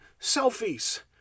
selfies